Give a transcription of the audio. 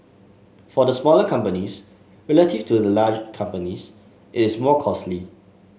for the smaller companies relative to the large companies it is more costly